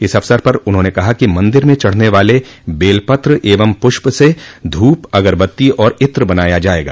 इस अवसर पर उन्होंने कहा कि मंदिर में चढ़ने वाले बेल पत्र एवं पुष्प से धूप अगरबत्ती और इत्र बनाया जायेगा